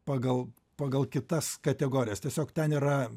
pagal pagal kitas kategorijas tiesiog ten yra